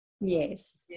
Yes